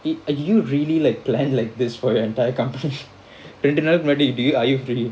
it uh do you really like plan like this for your entire company ரெண்டு நாளுக்கு முன்னாடி:rendu naaluku munnadi are you free